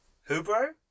Who-bro